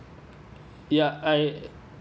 ya I